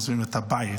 עוזבים את הבית,